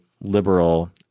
liberal